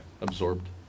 Absorbed